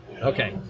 Okay